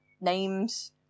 names